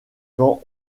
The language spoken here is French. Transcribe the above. quand